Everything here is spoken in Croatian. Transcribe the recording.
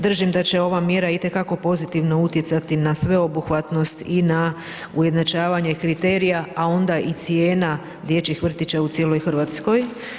Držim da će ova mjera itekako pozitivno utjecati na sveobuhvatnost i na ujednačavanje kriterija, a onda i cijena dječjih vrtića u cijeloj Hrvatskoj.